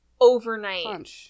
overnight